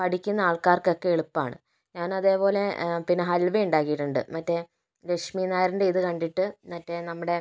പഠിക്കുന്ന ആൾക്കാർക്കൊക്കെ എളുപ്പമാണ് ഞാനതേപോലെ പിന്നെ ഹൽവ ഉണ്ടാക്കിയിട്ടുണ്ട് മറ്റേ ലക്ഷ്മി നായറിൻ്റെ ഇത് കണ്ടിട്ട് മറ്റേ നമ്മുടെ